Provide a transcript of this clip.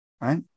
right